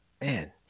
Man